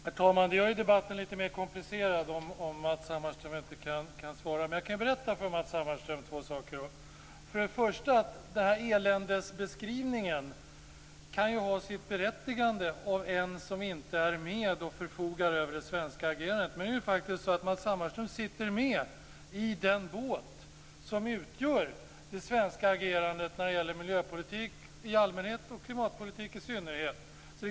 Herr talman! Det gör debatten lite mer komplicerad att Matz Hammarström inte kan svara, men jag kan berätta två saker för Matz Hammarström. Den här eländesbeskrivningen kan ha sitt berättigande om den kommer från en som inte är med och bestämmer över det svenska agerandet. Men det är faktiskt så att Matz Hammarström sitter med i den båt som utgör det svenska agerandet när det gäller miljöpolitik i allmänhet och klimatpolitik i synnerhet.